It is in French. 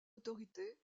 autorités